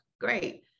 great